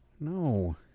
No